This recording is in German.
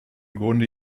grunde